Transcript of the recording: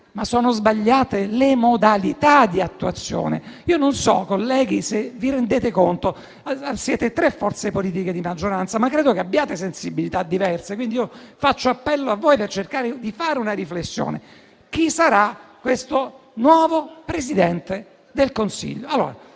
ma sono sbagliate le modalità di attuazione. Io non so, colleghi, se vi rendete conto. Siete tre forze politiche di maggioranza, ma credo che abbiate sensibilità diverse. Quindi, io faccio appello a voi per cercare di fare una riflessione: chi sarà il nuovo Presidente del Consiglio?